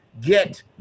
get